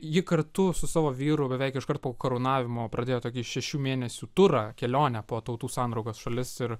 ji kartu su savo vyru beveik iškart po karūnavimo pradėjo tokį šešių mėnesių turą kelionę po tautų sandraugos šalis ir